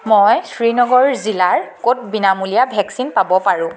মই শ্ৰীনগৰ জিলাৰ ক'ত বিনামূলীয়া ভেকচিন পাব পাৰোঁ